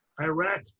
Iraq